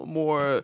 more